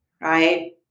right